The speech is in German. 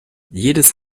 jedes